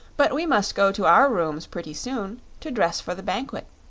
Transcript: but we must go to our rooms, pretty soon, to dress for the banquet,